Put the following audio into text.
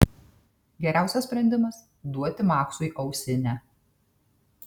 geriausias sprendimas duoti maksui ausinę